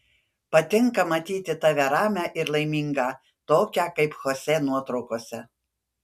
patinka matyti tave ramią ir laimingą tokią kaip chosė nuotraukose